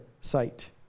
sight